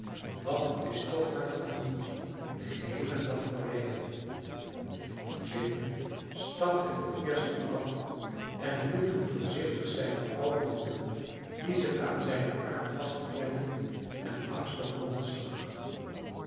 want het is toch hard genoeg den geheelen nacht te rijden jim stapte het eerst af en hielp toen voorzichtig zijne oude moeder die zich aan zijnen arm vastklemde en angstig rondzag